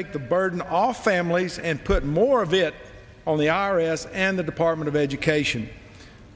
take the burden off families and put more of it on the i r s and the department of education